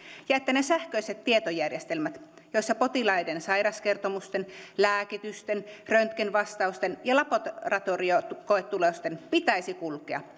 ja että ne sähköiset tietojärjestelmät joissa potilaiden sairauskertomusten lääkitysten röntgenvastausten ja laboratoriokoetulosten pitäisi kulkea